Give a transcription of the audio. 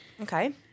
okay